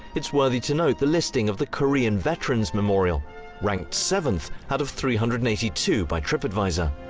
it is worthy to note the listing of the korean veterans memorial ranked seventh out of three hundred and eighty two by tripadvisor.